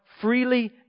freely